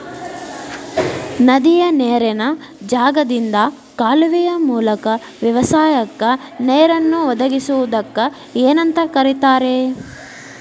ನದಿಯ ನೇರಿನ ಜಾಗದಿಂದ ಕಾಲುವೆಯ ಮೂಲಕ ವ್ಯವಸಾಯಕ್ಕ ನೇರನ್ನು ಒದಗಿಸುವುದಕ್ಕ ಏನಂತ ಕರಿತಾರೇ?